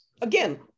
Again